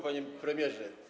Panie Premierze!